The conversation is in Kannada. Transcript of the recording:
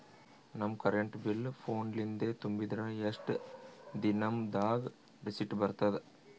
ನಮ್ ಕರೆಂಟ್ ಬಿಲ್ ಫೋನ ಲಿಂದೇ ತುಂಬಿದ್ರ, ಎಷ್ಟ ದಿ ನಮ್ ದಾಗ ರಿಸಿಟ ಬರತದ?